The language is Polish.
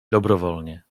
dobrowolnie